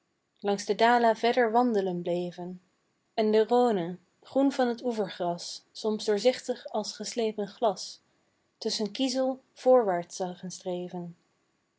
langs de dala verder wandelen bleven en de rhône groen van t oevergras soms doorzichtig als geslepen glas tusschen kiezel voorwaarts zagen streven